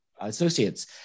associates